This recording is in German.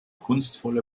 kunstvolle